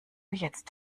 jetzt